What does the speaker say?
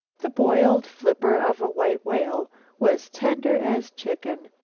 the boiled flipper of a white-whale was tender as chicken.